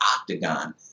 octagon